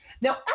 Now